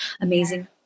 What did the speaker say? Amazing